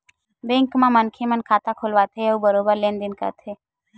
bank म मनखे मन खाता खोलवाथे अउ बरोबर लेन देन करथे